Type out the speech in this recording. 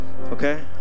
Okay